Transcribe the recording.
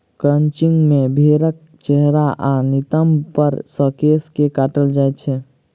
crutching मे भेंड़क चेहरा आ नितंब पर सॅ केश के काटल जाइत छैक